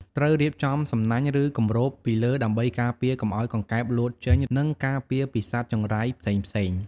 ត្រូវរៀបចំសំណាញ់ ឬគម្របពីលើដើម្បីការពារកុំឲ្យកង្កែបលោតចេញ និងការពារពីសត្វចង្រៃផ្សេងៗ។